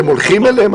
אתם הולכים אליהם?